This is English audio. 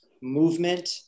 movement